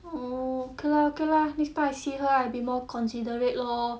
orh okay lah okay lah next time I see her I be more considerate lor